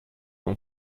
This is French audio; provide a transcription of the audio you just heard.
l’on